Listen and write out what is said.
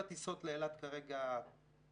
כל הטיסות לאילת כרגע מלאות.